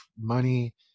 money